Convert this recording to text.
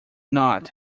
not